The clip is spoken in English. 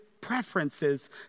preferences